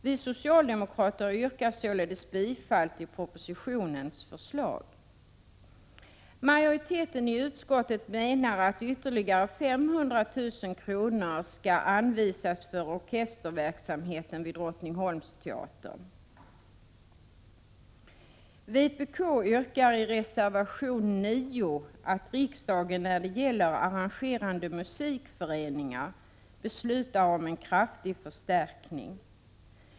Vi socialdemokrater yrkar således bifall till propositionens förslag. Majoriteten i utskottet menar att ytterligare 500 000 kr. skall anvisas för orkesterverksamheten vid Drottningholmsteatern. Vpk yrkar i reservation 9 att riksdagen när det gäller medel till Arrangerande musikföreningar beslutar om en kraftig förstärkning.